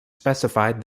specified